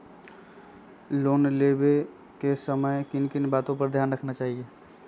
Loan लेने के समय किन किन वातो पर ध्यान देना चाहिए?